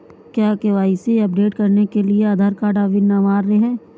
क्या KYC update करने के लिए आधार कार्ड अनिवार्य है?